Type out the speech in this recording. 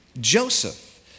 Joseph